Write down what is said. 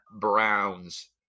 Browns